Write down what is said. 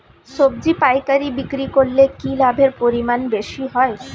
সবজি পাইকারি বিক্রি করলে কি লাভের পরিমাণ বেশি হয়?